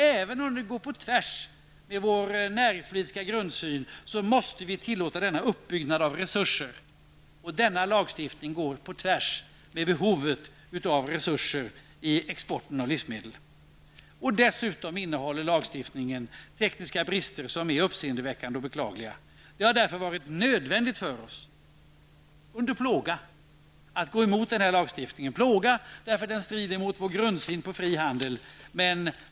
Även om det går på tvär med vår näringspolitiska grundsyn måste vi tillåta denna uppbyggnad av resurser, och denna lagstiftning går på tvärs med behovet av resurser i fråga om exporten av livsmedel. Dessutom innehåller lagstiftningen tekniska brister som är uppseendeväckande och beklagliga. Det har därför varit nödvändigt för oss att, även om vi har gjort det under plåga, gå mot den här lagstiftningen. Den strider nämligen mot vår grundsyn beträffande en fri handel.